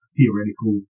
theoretical